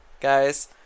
guys